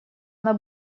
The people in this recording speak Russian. она